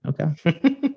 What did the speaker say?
Okay